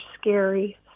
scary